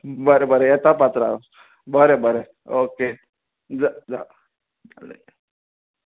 बरें बरें येता पात्रांव बरें बरें ओके ज जा जालें